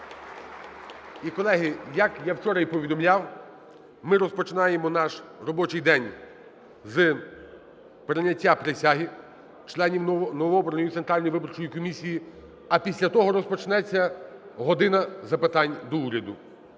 І, колеги, як я вчора і повідомляв, ми розпочинаємо наш робочий день з прийняття присяги членів новообраної Центральної виборчої комісії, а після того розпочнеться "година запитань до Уряду".